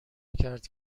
کرد